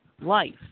life